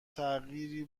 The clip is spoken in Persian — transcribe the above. تغییری